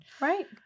right